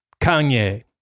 Kanye